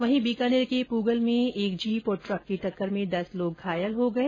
वहीं बीकानेर के पूगल में एक जीप और ट्रक की टक्कर में दस लोग घायल हो गये